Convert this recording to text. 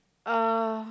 uh